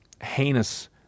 heinous